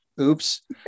Oops